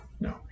no